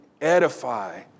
edify